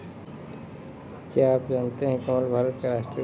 क्या आप जानते है कमल भारत का राष्ट्रीय पुष्प है?